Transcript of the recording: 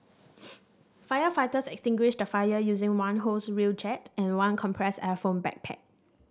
firefighters extinguished the fire using one hose reel jet and one compressed air foam backpack